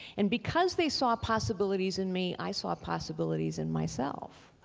and because they saw possibilities in me, i saw possibilities in myself.